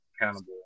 accountable